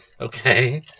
okay